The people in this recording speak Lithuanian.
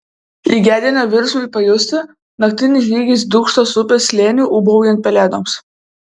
lygiadienio virsmui pajusti naktinis žygis dūkštos upės slėniu ūbaujant pelėdoms